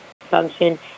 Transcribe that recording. function